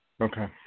Okay